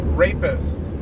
rapist